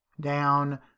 down